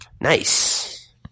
Nice